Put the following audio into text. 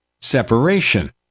separation